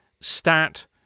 Stat